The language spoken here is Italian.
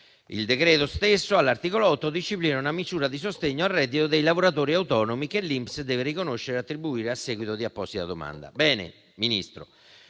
Il decreto stesso, all'articolo 8, disciplina una misura di sostegno al reddito dei lavoratori autonomi che l'INPS deve riconoscere e attribuire a seguito di apposita domanda. Bene, Ministro,